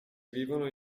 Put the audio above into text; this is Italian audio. vivono